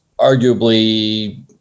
arguably